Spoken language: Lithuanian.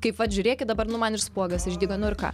kaip vat žiūrėkit dabar nu man ir spuogas išdygo nu ir ką